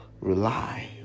rely